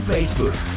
Facebook